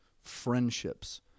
friendships